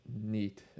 neat